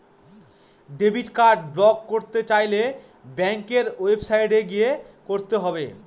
debit card block করতে চাইলে ব্যাঙ্কের ওয়েবসাইটে গিয়ে করতে হবে